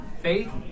faith